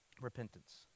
repentance